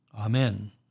Amen